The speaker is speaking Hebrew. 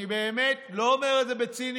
אני באמת לא אומר את זה בציניות,